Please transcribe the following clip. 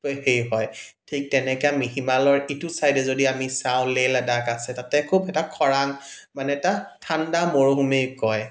সেই হয় ঠিক তেনেকৈ আমি হিমালয়ৰ ইটো ছাইডে যদি আমি চাওঁ লেহ লাডাখ আছে তাতে খুব এটা খৰাং মানে এটা ঠাণ্ডা মৰুভূমি কয়